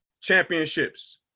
championships